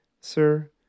Sir